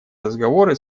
разговоры